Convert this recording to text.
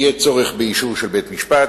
יהיה צורך באישור של בית-משפט,